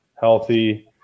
healthy